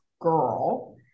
girl